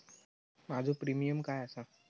माझो प्रीमियम काय आसा?